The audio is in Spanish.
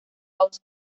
house